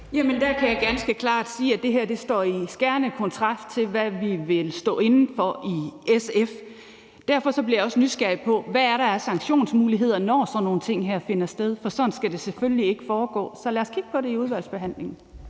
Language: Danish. Jamen der kan jeg ganske klart sige, at det her står i skærende kontrast til, hvad vi vil stå inde for i SF. Derfor bliver jeg også nysgerrig på, hvad der er af sanktionsmuligheder, når sådan nogle ting her finder sted. For sådan skal det selvfølgelig ikke foregå. Så lad os kigge på det i udvalgsbehandlingen.